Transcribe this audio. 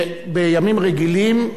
בימים רגילים,